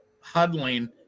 huddling